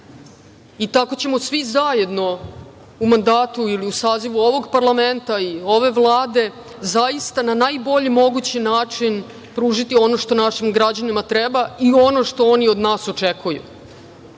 i tako ćemo svi zajedno u mandatu ili u sazivu ovog parlamenta i ove Vlade zaista na najbolji mogući način pružiti ono što našim građanima treba i ono što oni od nas očekuju,